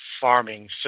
farming